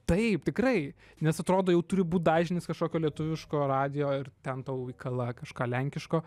taip tikrai nes atrodo jau turi būti dažnis kašokio lietuviško radijo ir ten tau įkala kažką lenkiško